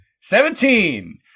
Seventeen